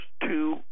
two